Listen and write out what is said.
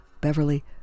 Beverly